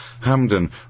Hamden